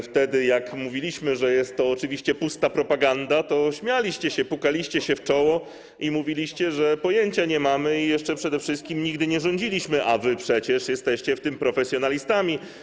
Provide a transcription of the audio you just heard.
Wtedy, jak mówiliśmy, że jest to oczywiście pusta propaganda, to śmialiście się, pukaliście się w czoło i mówiliście, że nie mamy pojęcia i jeszcze przede wszystkim nigdy nie rządziliśmy, a wy przecież jesteście w tym profesjonalistami.